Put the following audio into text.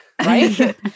right